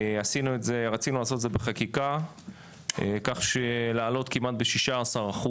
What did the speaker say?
רצינו לעשות את זה בחקיקה כך שלעלות כמעט ב-16%